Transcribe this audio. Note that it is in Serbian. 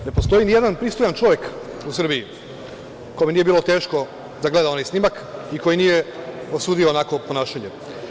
Ne postoji ni jedan pristojan čovek u Srbiji kome nije bilo teško da gleda onaj snimak i koji nije osudio onako ponašanje.